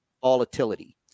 volatility